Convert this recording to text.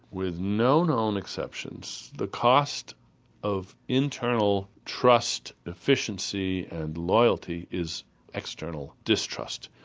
with no known exceptions the cost of internal trust, efficiency and loyalty is external distrust.